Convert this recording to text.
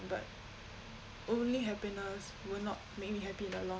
but only happiness will not make me happy in the long